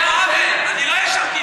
שנייה, חבר הכנסת, שנייה, תן לי.